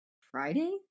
Friday